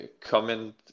comment